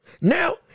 Now